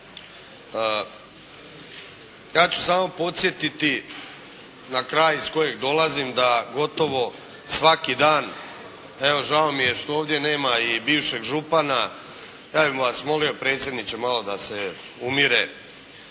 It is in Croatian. Ja ću samo podsjetiti da kraj iz kojeg dolazim gotovo svaki dan, evo žao mi je što ovdje nema i bivšeg župana, ja bi vas molio predsjedniče malo da se umire,